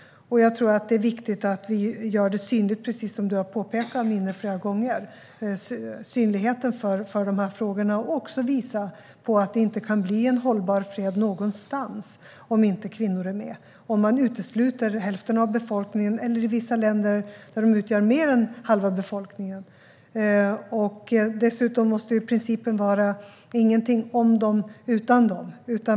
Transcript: Jag tror att det är viktigt att vi gör dessa frågor synliga, precis som Amineh Kakabaveh har påpekat flera gånger. Det är viktigt att vi visar på att det inte kan bli hållbar fred någonstans om inte kvinnor är med - om man utesluter hälften av befolkningen, och i vissa länder mer än halva befolkningen. Dessutom måste principen vara: "ingenting om dem utan dem".